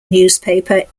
newspaper